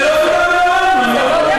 זה לא בוטל מעולם.